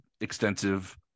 extensive